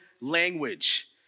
language